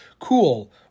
cool